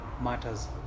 matters